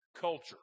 Culture